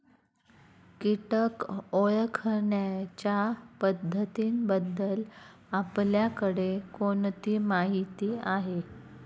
कीटक ओळखण्याच्या पद्धतींबद्दल आपल्याकडे कोणती माहिती आहे?